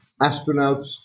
Astronauts